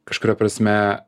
kažkuria prasme